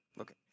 okay